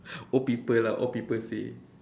old people lah old people say